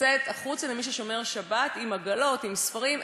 לצאת החוצה למי ששומר שבת עם עגלות, עם ספרים.